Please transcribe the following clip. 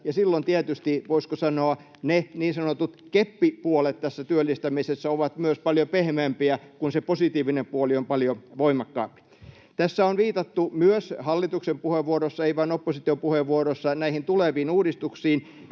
silloin tietysti, voisiko sanoa, ne niin sanotut keppipuolet tässä työllistämisessä ovat myös paljon pehmeämpiä, kun se positiivinen puoli on paljon voimakkaampi. Tässä on viitattu myös hallituksen puheenvuoroissa, ei vain opposition puheenvuoroissa, tuleviin uudistuksiin.